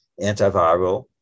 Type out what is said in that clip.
antiviral